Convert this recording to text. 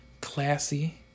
classy